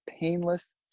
painless